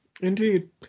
Indeed